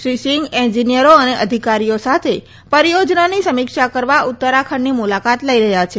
શ્રિ સિંઘ એન્જીનિયરો અને અધિકારીઓ સાથે પરીયોજનાની સમિક્ષા કરવા ઉતરાખંડની મુલાકાત લઇ રહ્યા છે